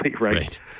right